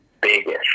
biggest